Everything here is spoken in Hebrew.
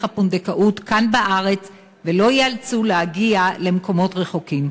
הפונדקאות כאן בארץ ולא ייאלצו להגיע למקומות רחוקים.